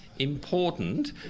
important